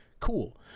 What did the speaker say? cool